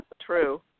true